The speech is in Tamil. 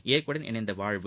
இயற்கையுடன் இணைந்த வாழ்வு